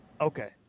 okay